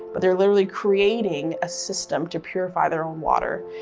but they're literally creating a system to purify their own water,